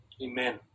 Amen